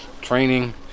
training